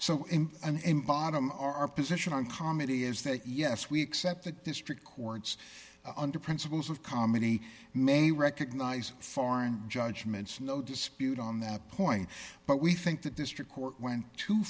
and bottom our position on comedy is that yes we accept that district courts under principles of comedy may recognise foreign judgments no dispute on that point but we think that district court went to